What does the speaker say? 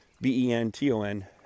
B-E-N-T-O-N